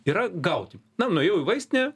yra gauti na nuėjau į vaistinę